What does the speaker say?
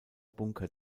bunker